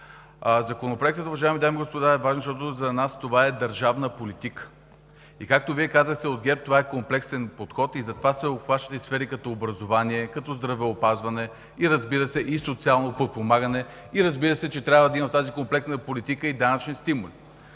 Законопроектът, уважаеми дами и господа, е важен, защото за нас това е държавна политика. И както Вие казахте от ГЕРБ, това е комплексен подход и затова се обхващат сфери като образование, здравеопазване и социално подпомагане. Разбира се, че в тази комплексна политика трябва да има и